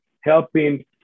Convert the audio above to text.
helping